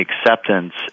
acceptance